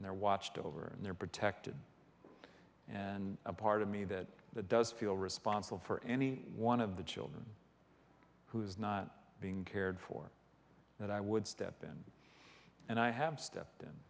their watched over and they're protected and a part of me that that does feel responsible for any one of the children who is not being cared for that i would step in and i have stepped in